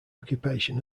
occupation